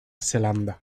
zelanda